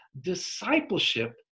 Discipleship